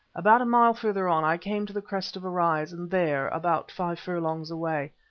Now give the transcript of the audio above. about a mile further on i came to the crest of a rise, and there, about five furlongs away,